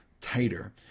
tighter